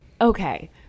Okay